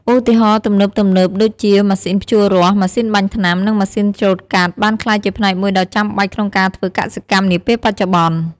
ឧបករណ៍ទំនើបៗដូចជា ម៉ាស៊ីនភ្ជួររាស់ ម៉ាស៊ីនបាញ់ថ្នាំ និងម៉ាស៊ីនច្រូតកាត់ បានក្លាយជាផ្នែកមួយដ៏ចាំបាច់ក្នុងការធ្វើកសិកម្មនាពេលបច្ចុប្បន្ន។